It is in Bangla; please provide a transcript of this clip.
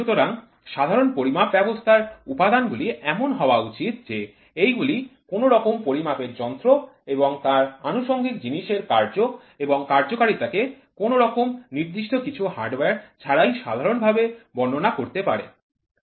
সুতরাং সাধারণ পরিমাপ ব্যবস্থার উপাদানগুলি এমন হওয়া উচিত যে এই গুলি কোন রকম পরিমাপের যন্ত্র এবং তার আনুষঙ্গিক জিনিস এর কার্য এবং কার্যকারিতা কে কোনরকম নির্দিষ্ট কিছু হার্ডওয়ার ছাড়াই সাধারণভাবে বর্ণনা করতে পারে